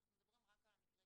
אנחנו מדברים רק על מקרי